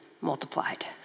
multiplied